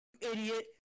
Idiot